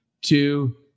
two